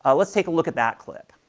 ah let's take a look at that clip.